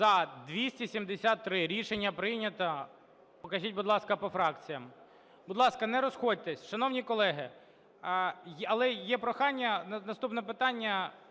За-273 Рішення прийнято. Покажіть, будь ласка, по фракціям. Будь ласка, не розходьтесь. Шановні колеги… Але є прохання - наступне питання